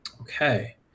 Okay